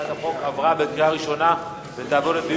הצעת החוק עברה בקריאה ראשונה ותעבור לדיון